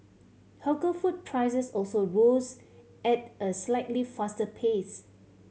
hawker food prices also rose at a slightly faster pace